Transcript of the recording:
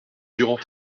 durand